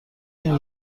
این